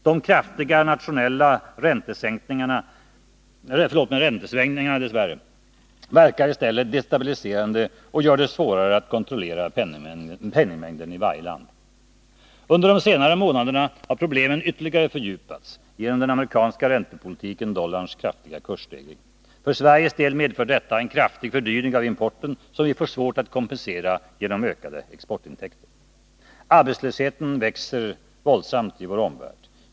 De kraftiga nationella räntesvängningarna verkar i stället destabiliserande och gör det svårare att kontrollera penningmängden i varje land. Under de senare månaderna har problemen ytterligare fördjupats genom den amerikanska räntepolitiken och dollarns kraftiga kursstegring. För Sveriges del medför detta en kraftig fördyring av importen som vi får svårt att kompensera genom ökade exportintäkter. Arbetslösheten växer våldsamt i vår omvärld.